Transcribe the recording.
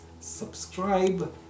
subscribe